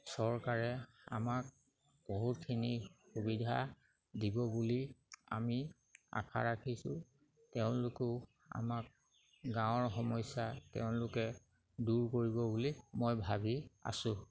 চৰকাৰে আমাক বহুতখিনি সুবিধা দিব বুলি আমি আশা ৰাখিছোঁ তেওঁলোকেও আমাক গাঁৱৰ সমস্যা তেওঁলোকে দূৰ কৰিব বুলি মই ভাবি আছোঁ